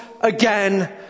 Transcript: again